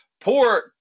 Poor